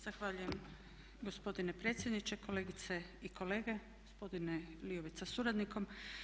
Zahvaljujem gospodine predsjedniče, kolegice i kolege, gospodine Liović sa suradnikom.